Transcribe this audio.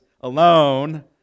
alone